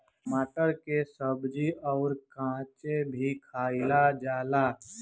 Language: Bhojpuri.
टमाटर के सब्जी अउर काचो भी खाएला जाला